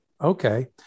okay